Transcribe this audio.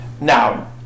Now